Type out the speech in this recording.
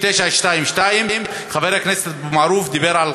922. חבר הכנסת אבו מערוף דיבר על